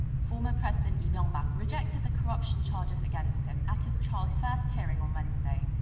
former president lee myung-bak rejected the corruption charges against him at his trial's first hearing um wednesday.